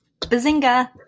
bazinga